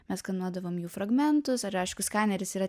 mes skanuodavom jų fragmentus ir aiškus skaneris yra